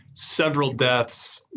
several deaths,